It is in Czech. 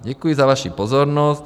Děkuji za vaší pozornost.